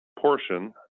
portion